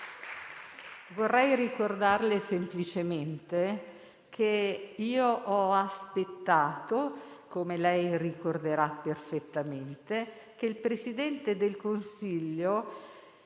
Vorrei ricordarle semplicemente che io ho aspettato, come lei ricorderà perfettamente, che il Presidente del Consiglio